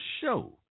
show